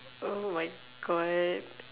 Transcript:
oh my god